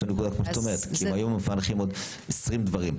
כי היום מפענחים עוד 20 דברים,